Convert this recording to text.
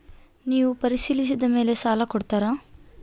ನೇವು ಪರಿಶೇಲಿಸಿದ ಮೇಲೆ ಸಾಲ ಕೊಡ್ತೇರಾ?